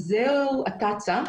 זה התצ"א.